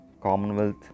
commonwealth